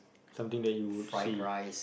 something that you would see